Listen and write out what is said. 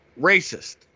racist